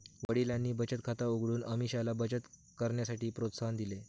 वडिलांनी बचत खात उघडून अमीषाला बचत करण्यासाठी प्रोत्साहन दिले